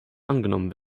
angenommen